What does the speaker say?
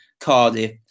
Cardiff